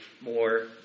more